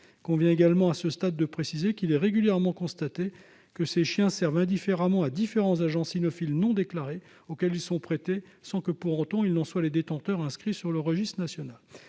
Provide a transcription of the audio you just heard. Il convient également de préciser que l'on constate régulièrement que ces chiens servent indifféremment à différents agents cynophiles non déclarés auxquels ils sont prêtés sans que, pour autant, ceux-ci en soient les détenteurs inscrits au fichier national